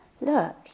look